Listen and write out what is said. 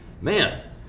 man